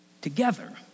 Together